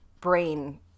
brain